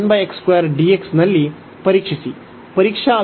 ನಲ್ಲಿ ಪರೀಕ್ಷಿಸಿ